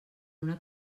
una